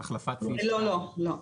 לא, לא.